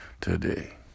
today